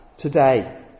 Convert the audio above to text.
today